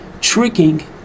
tricking